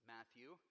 Matthew